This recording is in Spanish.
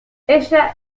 ella